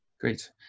Great